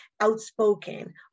outspoken